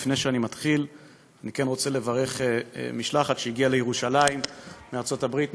לפני שאני מתחיל אני כן רוצה לברך משלחת שהגיעה לירושלים מארצות הברית,